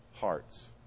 hearts